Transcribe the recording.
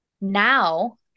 now